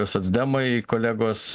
socdemai kolegos